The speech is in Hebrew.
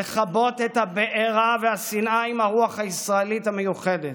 לכבות את הבערה והשנאה עם הרוח הישראלית המיוחדת,